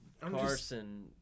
Carson